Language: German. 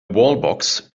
wallbox